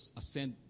ascend